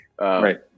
Right